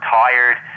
tired